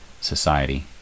Society